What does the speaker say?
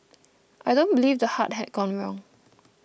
I don't believe the heart had gone wrong